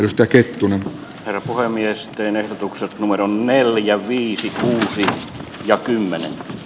mustaketun eropuhemiesten ehdotukset numeron neljä viisi ville ja kylmä ja